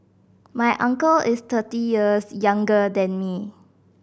my uncle is thirty years younger than me